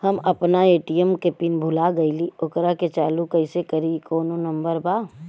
हम अपना ए.टी.एम के पिन भूला गईली ओकरा के चालू कइसे करी कौनो नंबर बा?